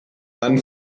dann